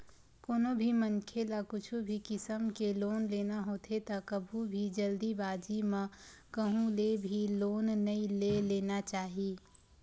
कोनो भी मनखे ल कुछु भी किसम के लोन लेना होथे त कभू भी जल्दीबाजी म कहूँ ले भी लोन नइ ले लेना चाही